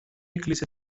έκλεισε